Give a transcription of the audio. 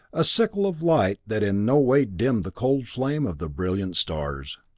a sickle of light that in no way dimmed the cold flame of the brilliant stars.